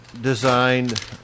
designed